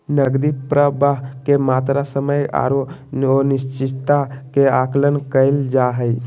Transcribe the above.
नकदी प्रवाह के मात्रा, समय औरो अनिश्चितता के आकलन कइल जा हइ